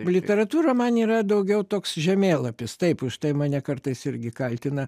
literatūra man yra daugiau toks žemėlapis taip štai mane kartais irgi kaltina